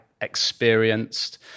experienced